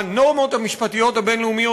הנורמות המשפטיות הבין-לאומיות,